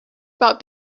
about